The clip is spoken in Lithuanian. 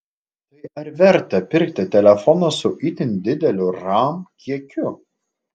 tai ar verta pirkti telefoną su itin dideliu ram kiekiu